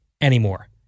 anymore